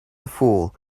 fool